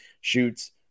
shoots